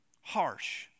Harsh